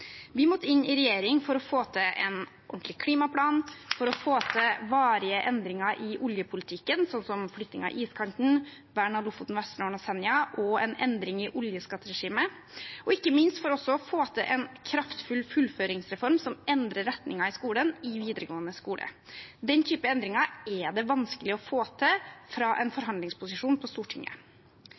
Vi måtte inn i regjering for å få til en ordentlig klimaplan, for å få til varige endringer i oljepolitikken, som flytting av iskanten, vern av Lofoten, Vesterålen og Senja og en endring i oljeskatteregimet, og ikke minst for også å få til en kraftfull fullføringsreform som endrer retningen i skolen, i videregående skole. Den typen endringer er det vanskelig å få til fra en forhandlingsposisjon på Stortinget.